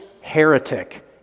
heretic